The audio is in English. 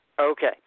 Okay